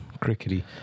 crickety